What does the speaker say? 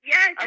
Yes